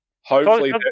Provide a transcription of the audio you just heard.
Hopefully-